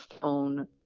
phone